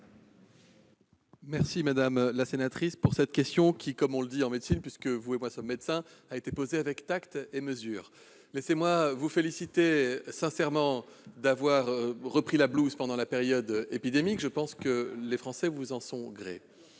Merci, madame la sénatrice, pour cette question qui, comme on le dit en médecine- vous et moi sommes médecins -, a été posée avec tact et mesure. Laissez-moi vous féliciter sincèrement d'avoir repris la blouse pendant la période épidémique. Je pense que les Français vous en savent gré.